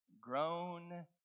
grown